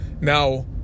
now